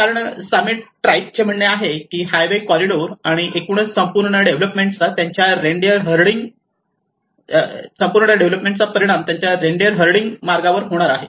कारण Sami tribe चे म्हणणे आहे की हायवे कॉरिडोर आणि एकूणच संपूर्ण डेव्हलपमेंट चा त्यांच्या रेनडिअर हर्डींग मार्गावर होणार आहे